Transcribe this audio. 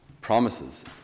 promises